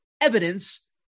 evidence